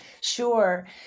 Sure